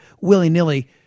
willy-nilly